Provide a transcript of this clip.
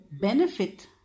benefit